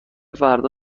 فردا